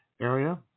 area